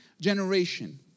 generation